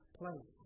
place